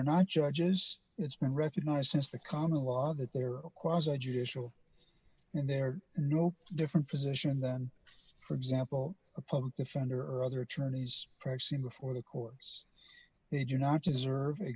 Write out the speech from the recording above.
are not judges and it's been recognized since the common law that they are quasi judicial and they're no different position than for example a public defender or other attorneys proxy before the courts they do not deserve a